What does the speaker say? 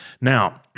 Now